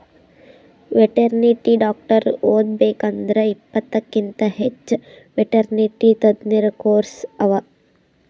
veterinary doctor ಓದಬೇಕ್ ಅಂದ್ರ ಇಪ್ಪತ್ತಕ್ಕಿಂತ್ ಹೆಚ್ಚ್ ವೆಟೆರ್ನಿಟಿ ತಜ್ಞ ಕೋರ್ಸ್ ಅವಾ